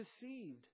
deceived